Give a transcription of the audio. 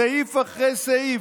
סעיף אחרי סעיף,